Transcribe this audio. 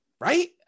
right